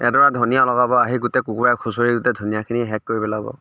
এডৰা ধনিয়া লগাব আহি গোটেই কুকুৰাই খুচৰি গোটেই ধনিয়াখিনি শেষ কৰি পেলাব